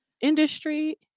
industry